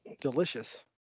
delicious